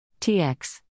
TX